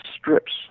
strips